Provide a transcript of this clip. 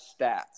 stats